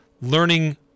learning